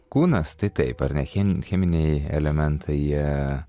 kūnas tai taip ar ne chem cheminiai elementai jie